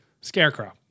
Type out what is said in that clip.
scarecrow